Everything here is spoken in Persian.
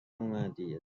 اومدی